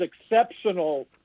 exceptional